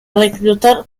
reclutar